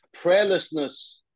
Prayerlessness